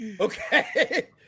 Okay